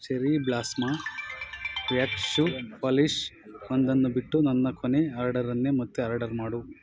cherry blossom wax shoe polish ಒಂದನ್ನು ಬಿಟ್ಟು ನನ್ನ ಕೊನೆಯ ಅರ್ಡರನ್ನೇ ಮತ್ತೆ ಅರ್ಡರ್ ಮಾಡು